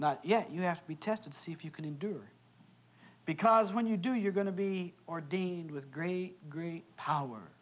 not yet you have to be tested to see if you can endure because when you do you're going to be ordained with great great power